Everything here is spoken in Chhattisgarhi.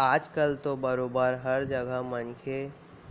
आज कल तो बरोबर हर जघा मनखे